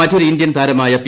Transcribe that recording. മറ്റൊരു ഇന്ത്യൻ താരമായ പി